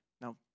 Now